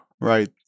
right